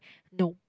no